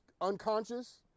unconscious